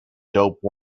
dope